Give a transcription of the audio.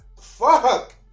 fuck